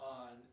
on